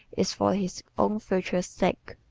is for his own future's sake.